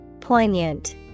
Poignant